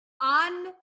on